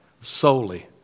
solely